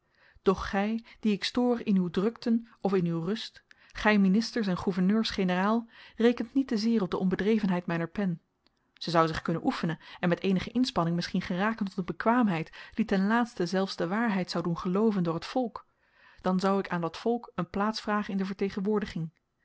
doch gy die ik stoor in uw drukten of in uw rust gy ministers en gouverneurs generaal rekent niet te zeer op de onbedrevenheid myner pen ze zou zich kunnen oefenen en met eenige inspanning misschien geraken tot een bekwaamheid die ten laatste zelfs de waarheid zou doen gelooven door t volk dan zou ik aan dat volk een plaats vragen in de vertegenwoordiging